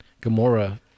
Gamora